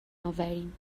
آوریم